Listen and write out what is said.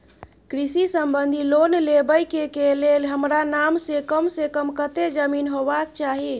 कृषि संबंधी लोन लेबै के के लेल हमरा नाम से कम से कम कत्ते जमीन होबाक चाही?